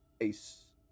Ace